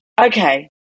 okay